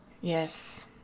Yes